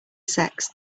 sex